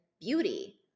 beauty